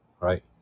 right